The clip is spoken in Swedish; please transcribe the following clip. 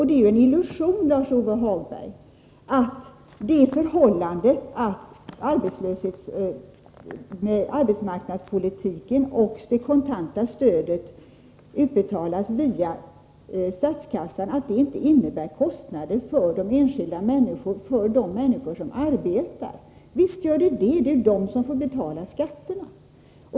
Det är en illusion, Lars-Ove Hagberg, att tro att det förhållandet att arbetsmarknadspolitikens åtgärder och det kontanta stödet betalas via statskassan inte innebär kostnader för de människor som arbetar. Visst innebär det kostnader. Det är dessa människor som får betala skatterna.